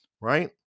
Right